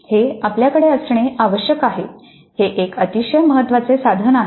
हे आपल्याकडे असणे आवश्यक आहे हे एक अतिशय महत्वाचे साधन आहे